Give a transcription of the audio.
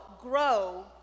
grow